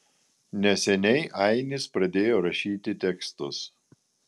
neseniai ainis pradėjo rašyti tekstus